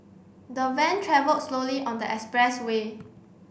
the van travelled slowly on the expressway